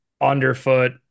underfoot